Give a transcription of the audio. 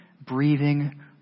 breathing